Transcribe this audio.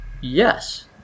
Yes